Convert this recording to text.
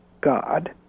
God